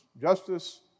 Justice